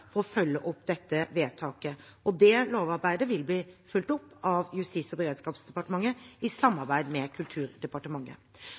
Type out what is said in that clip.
for å følge opp dette vedtaket. Det lovarbeidet vil bli fulgt opp av Justis- og beredskapsdepartementet i